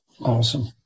Awesome